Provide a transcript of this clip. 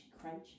crunch